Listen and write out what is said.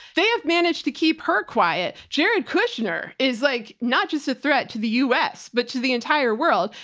they have managed to keep her quiet. jared kushner is like not just a threat to the us but to the entire world.